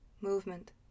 Movement